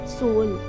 soul